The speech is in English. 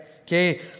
Okay